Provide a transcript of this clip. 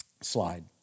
slide